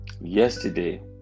yesterday